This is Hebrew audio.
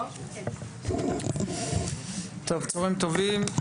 צוהריים טובים,